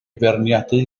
feirniadu